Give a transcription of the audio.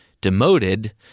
demoted